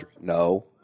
No